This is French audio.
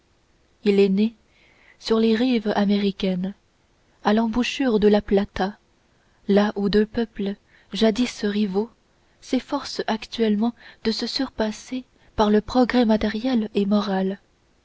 il est né sur les rives américaines à l'embouchure de la plata là où deux peuples jadis rivaux s'efforcent actuellement de se surpasser par le progrès matériel et moral